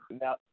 Now